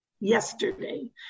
yesterday